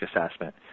assessment